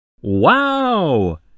Wow